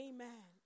Amen